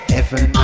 Heaven